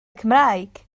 cymraeg